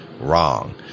wrong